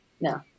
No